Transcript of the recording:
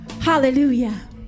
Hallelujah